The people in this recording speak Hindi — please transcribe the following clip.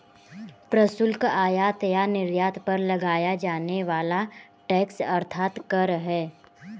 प्रशुल्क, आयात या निर्यात पर लगाया जाने वाला टैक्स अर्थात कर है